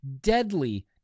deadly